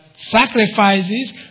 Sacrifices